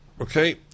okay